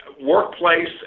workplace